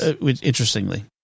interestingly